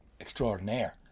extraordinaire